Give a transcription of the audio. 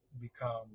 become